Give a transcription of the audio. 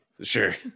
Sure